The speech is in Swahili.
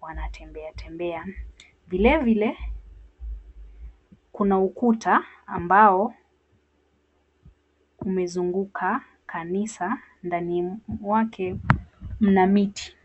wanatembea tembea. Vilevile, Kuna ukuta ambao umezunguka kanisa, ndani wake mna miti.